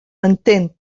entén